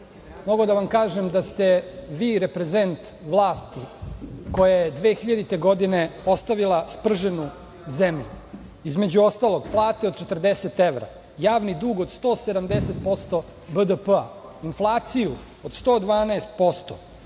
mogao da vam kažem da ste vi reprezent vlasti koja je 2000. godine ostavila sprženu zemlju. Između ostalog, plate od 40 evra, javni dug od 170% BDP-a, inflaciju od 112%,